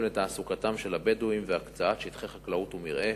לתעסוקתם של הבדואים ושטחי חקלאות ומרעה.